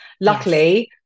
luckily